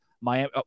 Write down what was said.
Miami